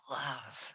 love